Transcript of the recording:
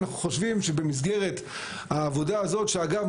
אנחנו חושבים שבמסגרת העבודה הזאת שאגב,